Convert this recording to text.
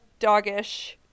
dogish